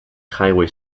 highway